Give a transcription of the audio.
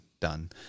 done